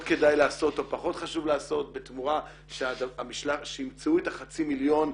כדאי לעשות או פחות חשוב לעשות בתמורה שימצאו את החצי מיליון,